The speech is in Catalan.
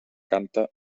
canta